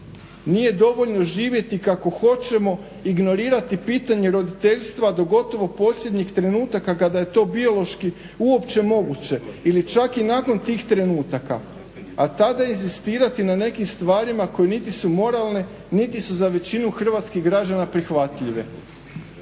Nije dovoljno živjeti kako hoćemo ignorirati pitanje roditeljstva do gotovo posljednjih trenutaka kada je to biološki uopće moguće ili čak i nakon tih trenutaka, a tada inzistirati na nekim stvarima koje niti su moralne, niti su za većinu hrvatskih građana prihvatljive.